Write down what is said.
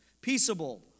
peaceable